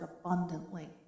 abundantly